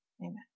amen